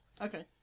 Okay